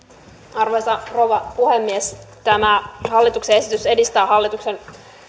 arvoisa rouva puhemies tämä hallituksen esitys edistää hallituksen